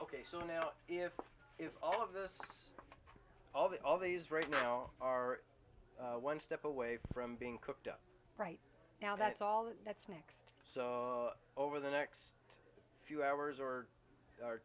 ok so now if all of those all the all these right now are one step away from being cooked up right now that's all that's next so over the next few hours or